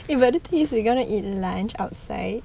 eh but the thing is we're going to eat lunch outside